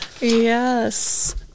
yes